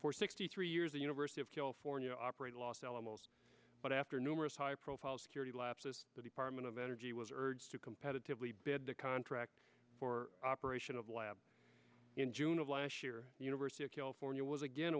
for sixty three years a university of california operated los alamos but after numerous high profile security lapses the department of energy was urged to competitively bid the contract for operation of lab in june of last year the university of california was again